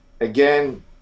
again